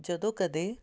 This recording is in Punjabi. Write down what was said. ਜਦੋਂ ਕਦੇ